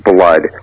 blood